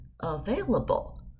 available